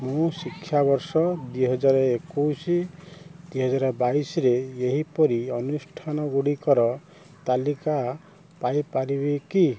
ମୁଁ ଶିକ୍ଷାବର୍ଷ ଦୁଇହଜାର ଏକୋଇଶି ଦୁଇହଜାର ବାଇଶିରେ ଏହିପରି ଅନୁଷ୍ଠାନଗୁଡ଼ିକର ତାଲିକା ପାଇ ପାରିବି କି